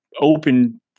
open